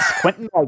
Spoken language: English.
quentin